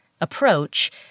approach